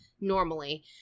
normally